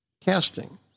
casting